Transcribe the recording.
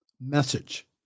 message